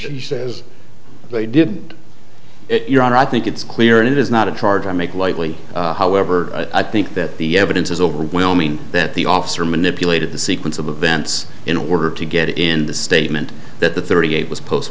she says they did it your honor i think it's clear it is not a charge i make lightly however i think that the evidence is overwhelming that the officer manipulated the sequence of events in order to get in the statement that the thirty eight was post